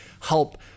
help